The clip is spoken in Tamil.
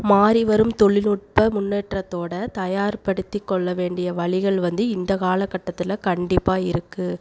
மாறி வரும் தொழில்நுட்ப முன்னேற்றத்தோட தயார் படுத்திக்கொள்ள வேண்டிய வழிகள் வந்து இந்த காலகட்டத்தில் கண்டிப்பாக இருக்கு